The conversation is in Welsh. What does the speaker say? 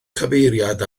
cyfeiriad